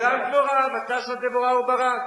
גם דבורה, "ותשר דבורה וברק".